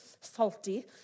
salty